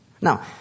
Now